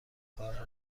کار